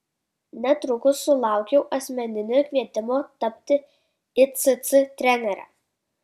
netrukus sulaukiau asmeninio kvietimo tapti icc trenere